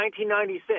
1996